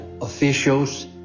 officials